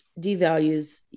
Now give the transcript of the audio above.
devalues